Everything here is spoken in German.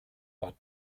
bad